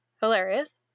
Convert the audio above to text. hilarious